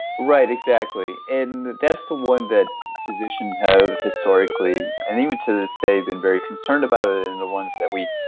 right, exactly, and that's the one that physicians have historically and even to this day been very concerned about, ah and the ones that we,